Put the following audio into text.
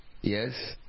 Yes